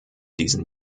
diesen